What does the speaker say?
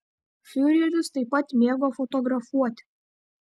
fiureris taip pat mėgo fotografuoti